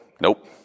Nope